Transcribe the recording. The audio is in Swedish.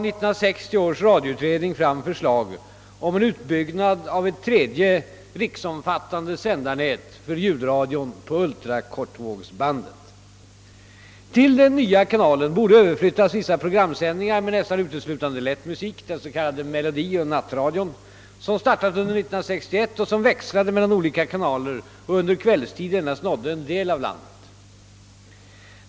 ning fram förslag om en utbyggnad av ett tredje riksomfattande sändarnät för ljudradion på ultrakortvågsbandet. Till den nya kanalen borde överflyttas vissa programsändningar med nästan uteslutande lätt musik — den s.k. melodioch nattradion — som startat under 1961 och som växlade mellan olika kanaler och under kvällstid endast nådde en del av landet.